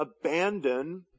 abandon